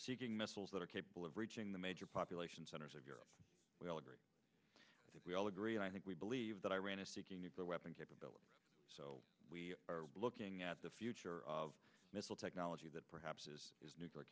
seeking missiles that are capable of reaching the major population centers of europe we all agree we all agree and i think we believe that iran is seeking nuclear weapon capability so we are looking at the future of missile technology that perhaps is